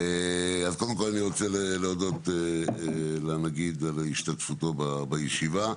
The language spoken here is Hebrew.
אז קודם כל אני רוצה להודות לנגיד על השתתפותו בישיבה,